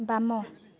ବାମ